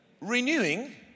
Renewing